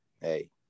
Hey